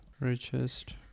richest